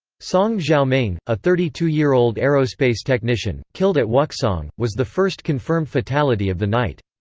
song xiaoming, a thirty two year old aerospace technician, killed at wukesong, was the first confirmed fatality of the night.